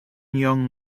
young